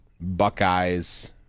Buckeyes